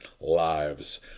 lives